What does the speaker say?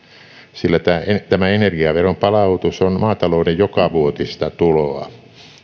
sillä tämä energiaveron palautus on maatalouden jokavuotista tuloa